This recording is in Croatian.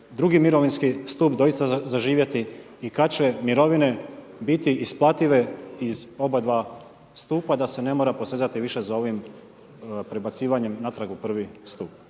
drugi mirovinski stup doista zaživjeti i kad će mirovine biti isplative iz obadva stupa da se ne mora posezati više za ovim prebacivanjem natrag u prvi stup?